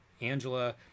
Angela